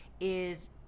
is-